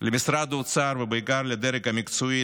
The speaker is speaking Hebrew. למשרד האוצר ובעיקר לדרג המקצועי,